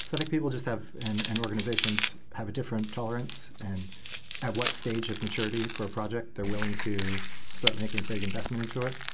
so think people just have and and organizations have a different tolerance and what stage of maturity for a project they're willing to start making big investment into it.